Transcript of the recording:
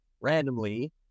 randomly